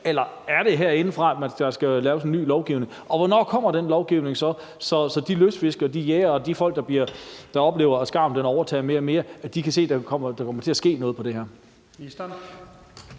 Eller er det herindefra, der skal laves ny lovgivning? Og hvornår kommer den lovgivning, så de lystfiskere og jægere og de folk, der oplever, at skarven overtager mere og mere, kan se, at der kommer til at ske noget på det her